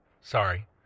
sorry